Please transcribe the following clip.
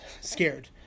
scared